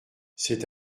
c’est